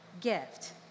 gift